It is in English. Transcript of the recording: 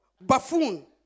Buffoon